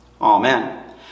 Amen